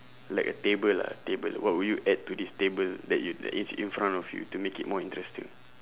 like a table ah table what would you add to this table that y~ that is in front of you to make it more interesting